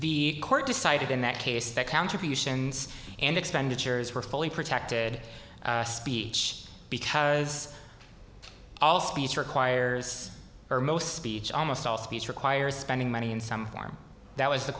the court decided in that case that contributions and expenditures were fully protected speech because all speech requires or most speech almost all speech requires spending money in some form that was the